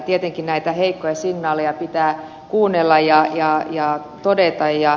tietenkin näitä heikkoja signaaleja pitää kuunnella ja jaan ja todeta ja